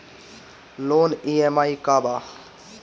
Loan EMI का बा?